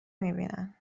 میبینن